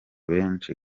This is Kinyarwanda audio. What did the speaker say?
benshi